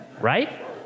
Right